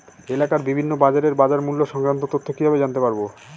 এলাকার বিভিন্ন বাজারের বাজারমূল্য সংক্রান্ত তথ্য কিভাবে জানতে পারব?